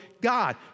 God